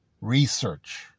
research